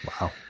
Wow